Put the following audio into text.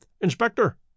Inspector